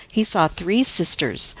he saw three sisters,